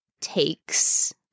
takes